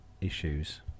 issues